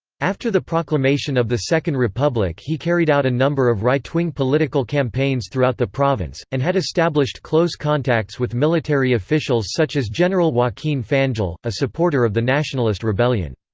after the proclamation of the second republic he carried out a number of right-wing political campaigns throughout the province, and had established close contacts with military officials such as general joaquin fanjul, a supporter of the nationalist rebellion.